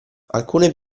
alcune